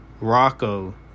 Rocco